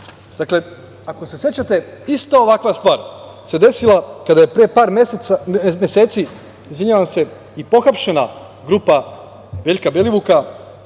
svetu. Dakle, ako se sećate, isto ovakva stvar se desila kada je pre par meseci i pohapšena grupa Veljka Belivuka,